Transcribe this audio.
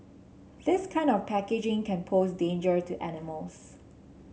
this kind of packaging can pose danger to animals